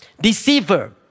Deceiver